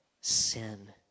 sin